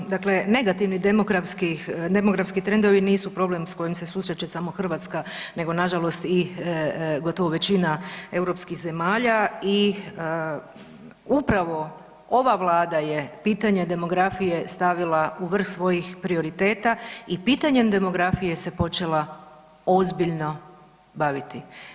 Pa dakle negativni demografski trendovi nisu problem s kojim se susreće samo Hrvatska nego nažalost i gotovo većina europskih zemalja i upravo ova Vlada je pitanje demografije stavila u vrh svojih prioriteta i pitanjem demografije se počela ozbiljno baviti.